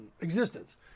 Existence